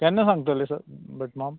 केन्ना सांगतलें स भट माम